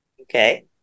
Okay